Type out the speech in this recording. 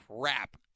crap